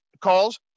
calls